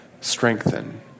strengthen